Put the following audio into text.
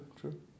true